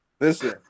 Listen